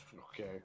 Okay